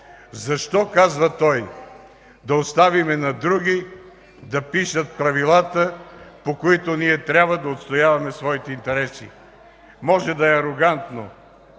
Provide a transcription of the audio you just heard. „Защо – казва той – да оставим на други да пишат правилата, по които ние трябва да отстояваме своите интереси?!” Може да е арогантно,